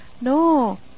No